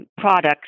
products